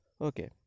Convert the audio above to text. okay